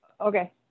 Okay